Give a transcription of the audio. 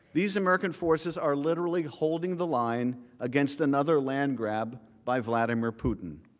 these american forces are literally holding the line against another landgrab, by vladimir putin.